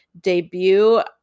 debut